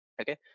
Okay